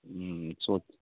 सोच